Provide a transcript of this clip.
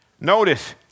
Notice